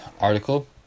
article